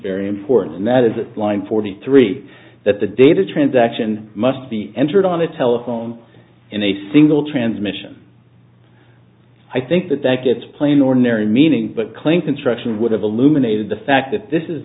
very important and that is that line forty three that the data transaction must be entered on the telephone in a single transmission i think that that gets plain ordinary meaning but claim construction would have illuminated the fact that this is